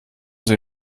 sie